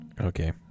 Okay